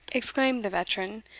exclaimed the veteran,